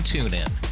TuneIn